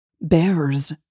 Bears